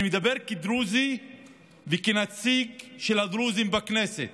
אני מדבר כדרוזי וכנציג של הדרוזים בכנסת.